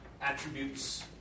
attributes